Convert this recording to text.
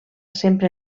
sempre